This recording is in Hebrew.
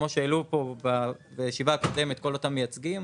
כמו שהעלו פה בישיבה הקודמת כל אותם מייצגים,